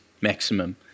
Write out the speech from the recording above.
maximum